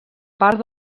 part